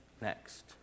Next